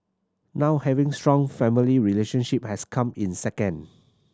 now having strong family relationship has come in second